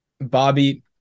bobby